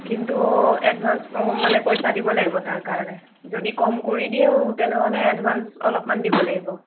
কিন্তু এডভান্স ম মানে পইচা দিব লাগিব তাৰ কাৰণে যদি কম কৰি দিওঁ তেনেহলে এডভান্স অলপ মান দিব লাগিব